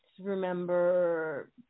remember